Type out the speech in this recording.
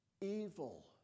evil